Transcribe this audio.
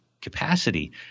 capacity